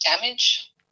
damage